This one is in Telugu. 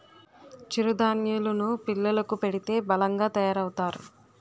చిరు ధాన్యేలు ను పిల్లలకు పెడితే బలంగా తయారవుతారు